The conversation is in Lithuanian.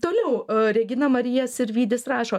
toliau regina marija sirvydis rašo